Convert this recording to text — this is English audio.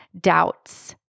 doubts